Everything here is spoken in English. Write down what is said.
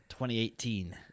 2018